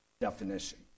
definition